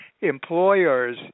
employers